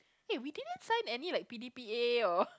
eh we didn't sign any like P D P A or